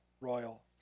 royal